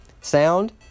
Sound